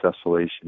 desolation